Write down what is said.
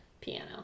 piano